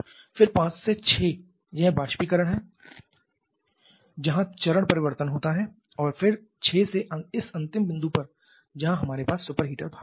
फिर 5 से 6 यह वाष्पीकरण है जहां चरण परिवर्तन होता है और फिर 6 से इस अंतिम बिंदु पर जहां हमारे पास सुपर हीटर भाग होता है